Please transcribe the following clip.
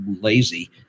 lazy